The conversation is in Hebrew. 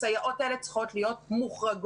הסייעות האלה צריכות להיות מוחרגות.